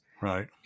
right